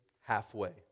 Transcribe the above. halfway